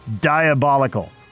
diabolical